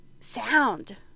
sound